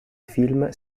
film